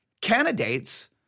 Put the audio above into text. candidates